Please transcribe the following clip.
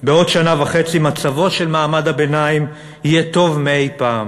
"בתוך שנה וחצי מצבו של מעמד הביניים יהיה טוב מאי-פעם"